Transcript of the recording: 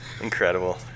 Incredible